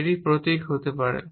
এটি প্রতীক হতে পারে